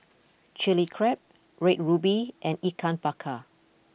Chilli Crab Red Ruby and Ikan Bakar